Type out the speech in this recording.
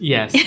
Yes